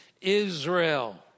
Israel